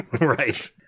Right